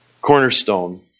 Cornerstone